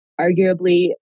arguably